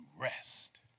rest